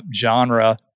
genre